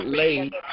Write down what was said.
late